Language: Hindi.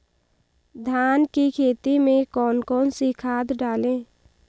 धान की खेती में कौन कौन सी खाद डालें?